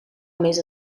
més